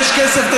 יש כסף.